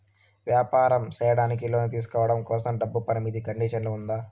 వ్యాపారం సేయడానికి లోను తీసుకోవడం కోసం, డబ్బు పరిమితి కండిషన్లు ఉందా?